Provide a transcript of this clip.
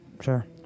Sure